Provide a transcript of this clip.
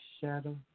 shadow